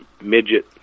Midget